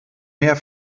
mehr